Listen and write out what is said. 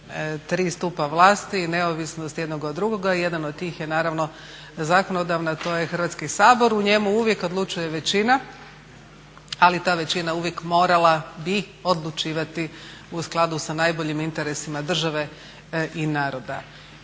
tri stupa vlasti neovisnosti jednog od drugoga, jedan od tih je naravno zakonodavna a to je Hrvatski sabor u njemu uvijek odlučuje većina ali ta većina morala bi odlučivati u skladu sa najboljim interesima države i naroda.